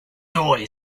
noise